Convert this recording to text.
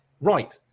Right